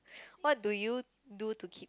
what do you do to keep